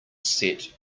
set